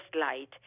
light